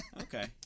Okay